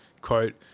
quote